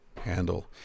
handle